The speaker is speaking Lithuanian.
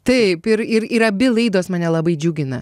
taip ir ir ir abi laidos mane labai džiugina